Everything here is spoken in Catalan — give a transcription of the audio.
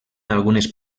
algunes